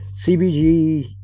CBG